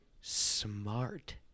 smart